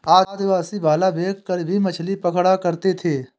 आदिवासी भाला फैंक कर भी मछली पकड़ा करते थे